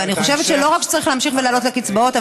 אני חושבת שלא רק צריך להמשיך ולהעלות קצבאות,